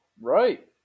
Right